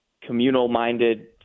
communal-minded